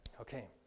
Okay